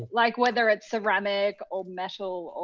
like whether it's ceramic, or metal,